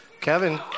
Kevin